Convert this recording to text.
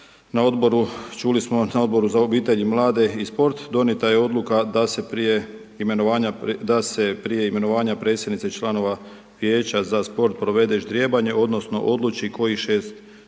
na Odboru za obitelj i mlade i sport donijeta je odluka da se prije imenovanja predsjednice članova vijeća za sport provede i ždrijebanje, odnosno odluči kojih